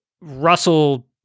Russell